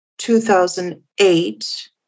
2008